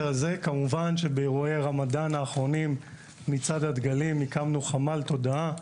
באירועי הרמדאן האחרונים ובמצעד הדגלים הקמנו חמ"ל תודעה.